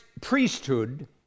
priesthood